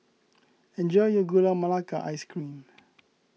enjoy your Gula Melaka Ice Cream